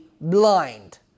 blind